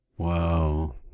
Wow